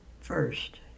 first